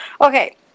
Okay